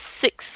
six